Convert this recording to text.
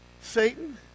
Satan